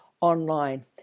online